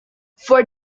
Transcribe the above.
for